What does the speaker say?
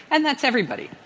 and that's everybody.